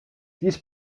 dies